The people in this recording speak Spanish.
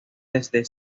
desde